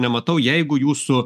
nematau jeigu jūsų